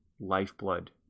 lifeblood